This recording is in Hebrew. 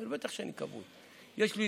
אמר: בטח שאני כבוי, יש לי